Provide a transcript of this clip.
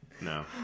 No